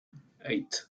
eight